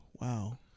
wow